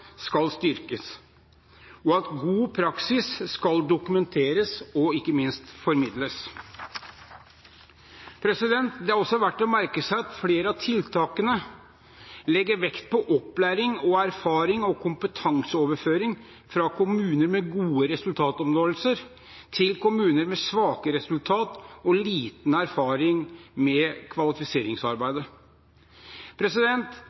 skal styrkes, og at god praksis skal dokumenteres og, ikke minst, formidles. Det er også verdt å merke seg at flere av tiltakene legger vekt på opplæring og erfarings- og kompetanseoverføring fra kommuner med god resultatoppnåelse til kommuner med svake resultater og liten erfaring med kvalifiseringsarbeid.